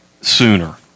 sooner